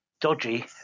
dodgy